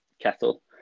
kettle